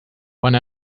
one